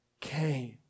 came